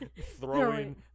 throwing